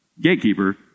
gatekeeper